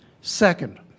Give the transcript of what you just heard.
Second